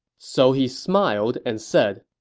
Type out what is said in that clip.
so he smiled and said,